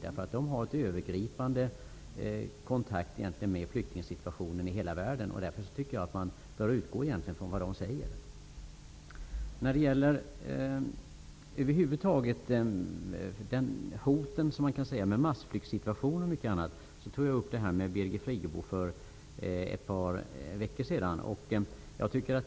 De har en övergripande kontakt med flyktingsituationen i hela världen. Därför bör vi egentligen utgå från vad de säger. När det gäller hoten från massflyktssituationer tog jag upp det med Birgit Friggebo för ett par veckor sedan.